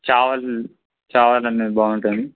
చావల్ చావల్ అనేది బాగుంటుంది